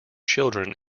children